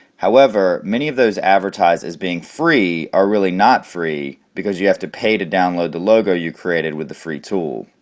however many of those advertised as being free are really not free because you have to pay to download the logo you created with the free tool.